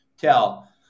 tell